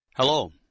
Hello